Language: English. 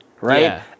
right